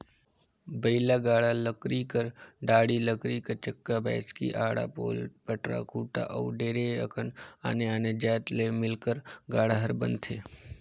बइला गाड़ा लकरी कर डाड़ी, लकरी कर चक्का, बैसकी, आड़ा, पोल, पटरा, खूटा अउ ढेरे अकन आने आने जाएत ले मिलके गाड़ा हर बनथे